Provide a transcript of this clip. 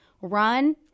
run